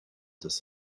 das